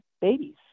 babies